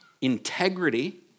integrity